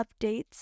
updates